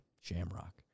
Shamrock